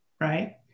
right